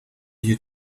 you